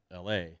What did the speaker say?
LA